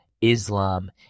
Islam